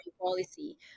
policy